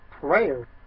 prayer